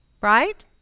right